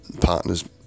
Partners